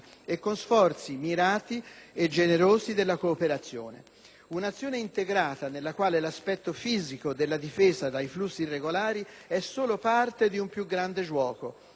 e a sforzi mirati e generosi della cooperazione: un'azione integrata nella quale l'aspetto fisico della difesa dai flussi irregolari è solo parte di un più grande gioco.